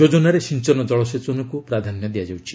ଯୋଜନାରେ ସିଅନ କଳସେଚନକୁ ପ୍ରାଧାନ୍ୟ ଦିଆଯାଉଛି